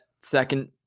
second